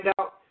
out